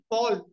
Paul